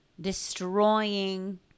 destroying